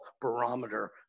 barometer